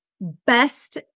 best